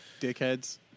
Dickheads